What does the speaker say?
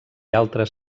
altres